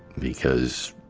because,